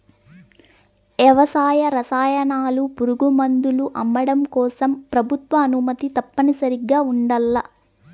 వ్యవసాయ రసాయనాలు, పురుగుమందులు అమ్మడం కోసం ప్రభుత్వ అనుమతి తప్పనిసరిగా ఉండల్ల